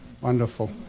Wonderful